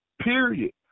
Period